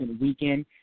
weekend